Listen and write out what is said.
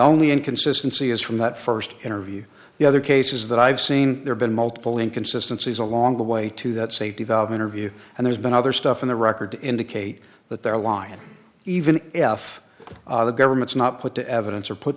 only inconsistency is from that st interview the other cases that i've seen there been multiple inconsistences along the way to that safety valve interview and there's been other stuff in the record to indicate that they're aligned even f the government's not put the evidence or put